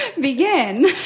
begin